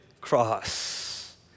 cross